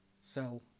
sell